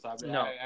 No